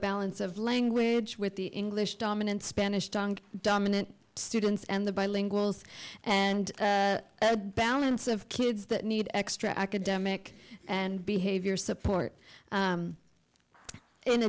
balance of language with the english dominant spanish dong dominant students and the bilinguals and balance of kids that need extra academic and behavior support